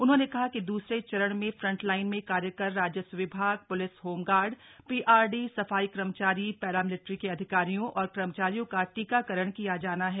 उन्होंने कहा कि दूसरे चरण में फ्रंट लाईन में कार्य कर राजस्व विभाग लिस होमगार्ड ीआरडी सफाई कर्मचारी रामिलिट्री के अधिकारियों और कर्मचारियों का टीकाकरण किया जाना है